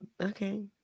okay